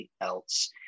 else